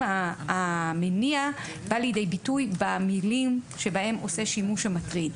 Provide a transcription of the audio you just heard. המניע בא לידי ביטוי במילים שבהן עושה שימוש המטריד.